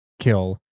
kill